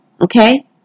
Okay